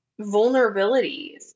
vulnerabilities